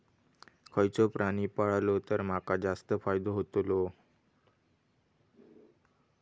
खयचो प्राणी पाळलो तर माका जास्त फायदो होतोलो?